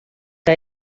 que